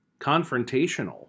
confrontational